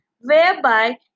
whereby